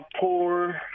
poor